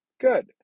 good